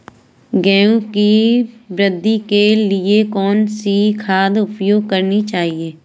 गेहूँ की वृद्धि के लिए कौनसी खाद प्रयोग करनी चाहिए?